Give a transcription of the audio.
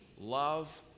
love